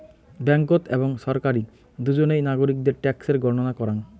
ব্যাঙ্ককোত এবং ছরকারি দুজনেই নাগরিকদের ট্যাক্সের গণনা করাং